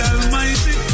Almighty